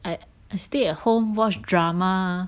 I err stay at home watch drama